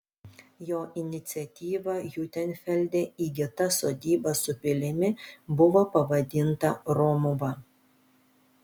jo iniciatyva hiutenfelde įgyta sodyba su pilimi buvo pavadinta romuva